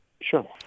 Sure